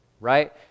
right